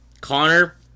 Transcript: Connor